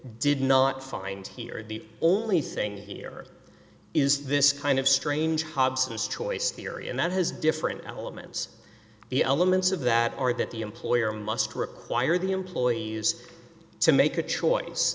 did not find here the only thing here is this kind of strange hobson's choice theory and that has different elements the elements of that are that the employer must require the employees to make a choice